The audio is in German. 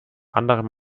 anderem